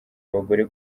abagore